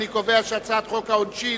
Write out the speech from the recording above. אני קובע שהצעת חוק העונשין